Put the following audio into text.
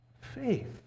faith